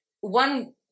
one